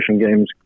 games